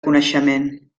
coneixement